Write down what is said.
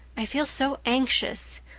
i feel so anxious.